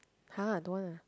!huh! don't want lah